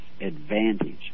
advantage